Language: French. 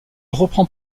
reprend